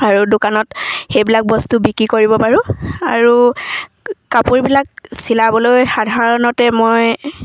আৰু দোকানত সেইবিলাক বস্তু বিক্ৰী কৰিব পাৰোঁ আৰু কাপোৰবিলাক চিলাবলৈ সাধাৰণতে মই